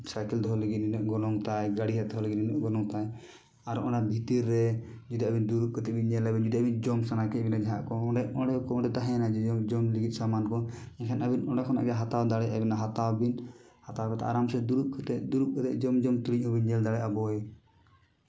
cycle ᱫᱚᱦᱚ ᱞᱟᱹᱜᱤᱫ ᱱᱤᱱᱟᱹᱜ ᱜᱚᱱᱚᱝ ᱛᱟᱭ ᱜᱟᱹᱲᱤ ᱦᱟᱛᱟᱣ ᱞᱟᱹᱜᱤᱫ ᱱᱤᱱᱟᱹᱜ ᱜᱚᱱᱚᱝ ᱛᱟᱭ ᱟᱨ ᱚᱱᱟ ᱵᱷᱤᱛᱤᱨ ᱨᱮ ᱡᱩᱫᱤ ᱟᱵᱤᱱ ᱫᱩᱲᱩᱵ ᱠᱟᱛᱮᱫ ᱵᱮᱱ ᱧᱮᱞᱟ ᱵᱮᱱ ᱡᱩᱫᱤ ᱟᱵᱤᱱ ᱡᱚᱢ ᱥᱟᱱᱟ ᱠᱮᱫ ᱵᱮᱱᱟ ᱡᱟᱦᱟᱸ ᱠᱚ ᱚᱸᱰᱮ ᱚᱸᱰᱮ ᱠᱚ ᱚᱸᱰᱮ ᱛᱟᱦᱮᱱᱟᱡᱚᱡᱚᱢ ᱡᱚᱢ ᱞᱟᱹᱜᱤᱫ ᱥᱟᱢᱟᱱ ᱠᱚ ᱮᱱᱠᱷᱟᱱ ᱟᱵᱤᱱ ᱚᱸᱰᱮ ᱠᱷᱚᱱᱟᱜ ᱜᱮ ᱦᱟᱛᱟᱣ ᱫᱟᱲᱮᱭᱟᱜᱼᱟ ᱵᱮᱱ ᱦᱟᱛᱟᱣ ᱵᱤᱱ ᱦᱟᱛᱟᱣ ᱠᱟᱛᱮᱫ ᱟᱨᱟᱢᱥᱮ ᱫᱩᱲᱩᱵ ᱠᱟᱛᱮᱫ ᱫᱩᱲᱩᱵ ᱠᱟᱛᱮᱫ ᱡᱚᱢ ᱡᱚᱢᱛᱮᱛᱩᱞᱩᱡ ᱦᱚᱸᱵᱮᱱ ᱧᱮᱞ ᱫᱟᱲᱮᱭᱟᱜᱼᱟ ᱵᱳᱭ